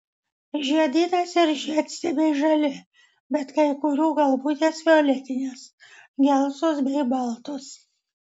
žiedynas ir žiedstiebiai žali bet kai kurių galvutės violetinės gelsvos bei baltos